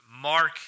Mark